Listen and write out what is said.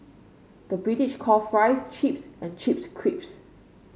the British call fries chips and chips crisps